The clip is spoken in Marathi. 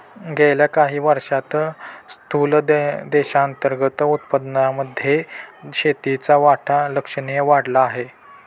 गेल्या काही वर्षांत स्थूल देशांतर्गत उत्पादनामध्ये शेतीचा वाटा लक्षणीय वाढला आहे